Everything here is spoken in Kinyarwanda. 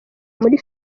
muri